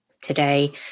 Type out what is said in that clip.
today